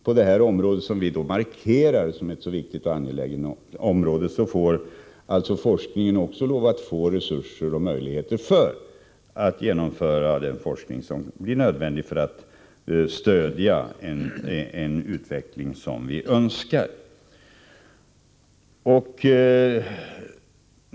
På detta område, som vi har markerat som ett viktigt område, måste forskarna få resurser och möjligheter att genomföra den forskning som blir nödvändig för att stödja den utveckling som vi önskar.